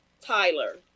Tyler